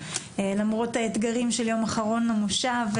למרות האתגרים של יום אחרון במושב,